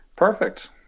Perfect